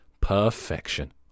Perfection